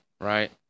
Right